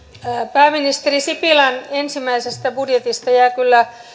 pääministeri sipilän ensimmäisestä budjetista jään kyllä